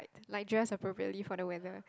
like dress appropriately for the weather